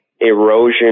erosion